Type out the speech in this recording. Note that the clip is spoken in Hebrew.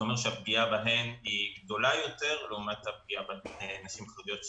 זה אומר שהפגיעה בהן גדולה יותר לעומת הפגיעה בנשים החרדיות.